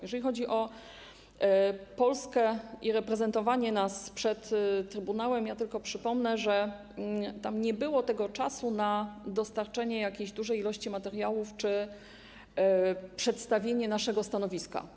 Jeżeli chodzi o Polskę i reprezentowanie nas przed Trybunałem, przypomnę tylko, że tam nie było czasu na dostarczenie jakiejś dużej ilości materiałów czy przedstawienie naszego stanowiska.